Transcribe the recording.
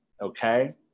okay